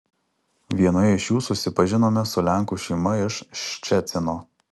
vienoje iš jų susipažinome su lenkų šeima iš ščecino